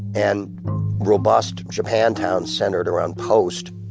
and robust japantowns centered around post.